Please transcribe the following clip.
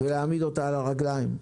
להעמיד אותה על הרגליים.